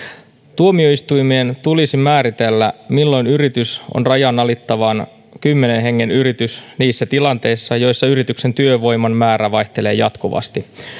tuomioistuimien tulisi määritellä milloin yritys on rajan alittavan kymmenen hengen yritys niissä tilanteissa joissa yrityksen työvoiman määrä vaihtelee jatkuvasti